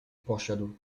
poszedł